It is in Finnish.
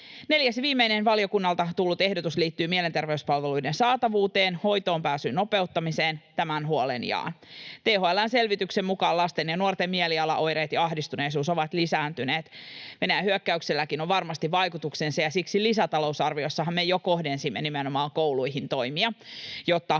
Neljäs ja viimeinen valiokunnalta tullut ehdotus liittyy mielenterveyspalveluiden saatavuuteen ja hoitoonpääsyn nopeuttamiseen. Tämän huolen jaan. THL:n selvityksen mukaan lasten ja nuorten mielialaoireet ja ahdistuneisuus ovat lisääntyneet — Venäjän hyökkäykselläkin on varmasti vaikutuksensa —, ja siksi lisätalousarviossahan me jo kohdensimme nimenomaan kouluihin toimia, jotta